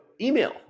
email